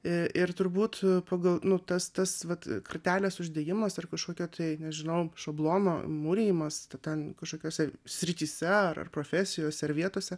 ir turbūt pagal nu tas tas vat kortelės uždėjimas ar kažkokio tai nežinau šablono mūrijimas ten kažkokiose srityse ar profesijose vietose